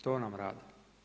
To nam rade.